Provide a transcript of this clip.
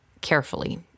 Carefully